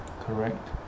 correct